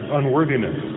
unworthiness